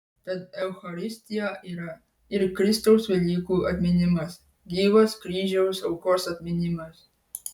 tad eucharistija yra ir kristaus velykų atminimas gyvas kryžiaus aukos atminimas